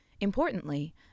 Importantly